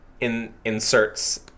inserts